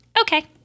Okay